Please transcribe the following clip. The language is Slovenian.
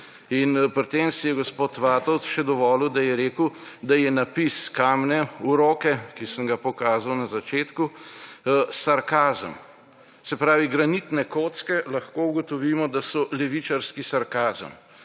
Pri tem si je gospod Vatovec še dovolil, da je rekel, da je napis Kamne v roke, ki sem ga pokazal na začetku, sarkazem. Se pravi, granitne kocke, lahko ugotovimo, da so levičarski sarkazem.